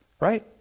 right